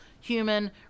human